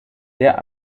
der